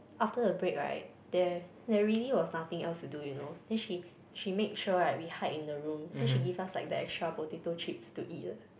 so after the break right there there really was nothing else to do you know then she she make sure right we hide in the room then she give us like the extra potato chips to eat